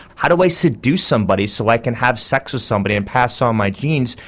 how do i seduce somebody so i can have sex with somebody and pass on my genes?